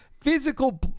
physical